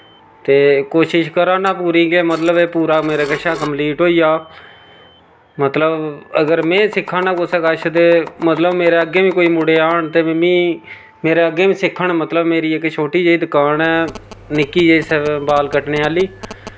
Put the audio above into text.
ते कोशश करा ना पूरी के मतलब एह् पूरा मेरे कशा कम्पलीट होई जा मतलब अगर में सिक्खा ना कुसै कच्छ ते मतलब मेरे अग्गें बी कोई मुड़े औन ते में बी मेरे अग्गें बी सिक्खन मतलब मेरी इक छोटी जेही दकान ऐ निक्की जेही स बाल कट्टने आह्ली